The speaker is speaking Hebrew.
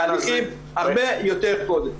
בתהליכים הרבה יותר קודם.